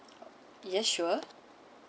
yes sure